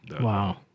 Wow